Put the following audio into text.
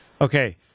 Okay